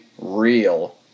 real